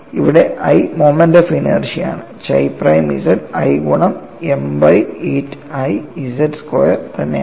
ഇവിടെ I moment of inertia ആണ് chi prime z i ഗുണം M by 8I z square തന്നെയാണ്